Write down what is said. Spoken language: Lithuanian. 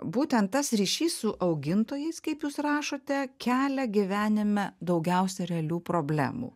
būtent tas ryšys su augintojais kaip jūs rašote kelia gyvenime daugiausiai realių problemų